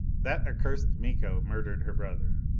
that accursed miko murdered her brother.